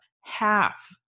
half